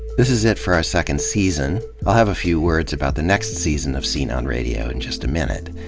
this is it for our second season. i'll have a few words about the next season of scene on radio in just a minute.